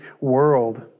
world